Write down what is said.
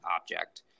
object